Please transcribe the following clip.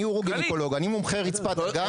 אני אורוגניקולוג, אני מומחה רצפת אגן.